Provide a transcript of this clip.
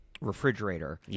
refrigerator